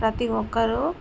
ప్రతి ఒక్కరూ